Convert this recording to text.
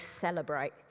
celebrate